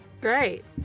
Great